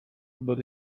but